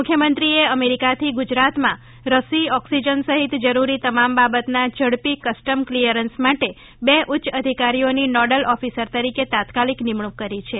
મુખ્યમંત્રીએ અમેરિકાથી ગુજરાતમાં રસી ઓક્સિજન સહિત જરૂરી તમામ બાબતના ઝડપી કસ્ટમ ક્લિયરન્સ માટે બે ઉચ્ય અધિકારીઓની નોડલ ઓફિસર તરીકે તાત્કાલિક નિમણૂક કરી છે